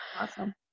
Awesome